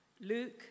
Luke